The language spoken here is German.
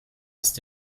ist